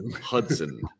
Hudson